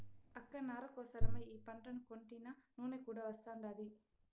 అక్క నార కోసరమై ఈ పంటను కొంటినా నూనె కూడా వస్తాండాది